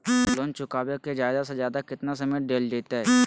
Loan चुकाबे के जादे से जादे केतना समय डेल जयते?